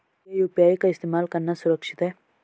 क्या यू.पी.आई का इस्तेमाल करना सुरक्षित है?